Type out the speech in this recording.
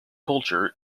culture